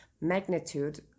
magnitude